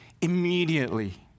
immediately